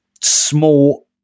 small